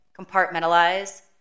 compartmentalize